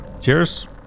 Cheers